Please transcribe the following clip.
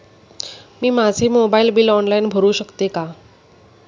मी माझे mobile bill online भरू शकते का?